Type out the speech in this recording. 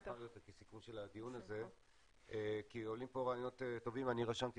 כסיכום של הדיון הזה כי עולים פה רעיונות טובים ורשמתי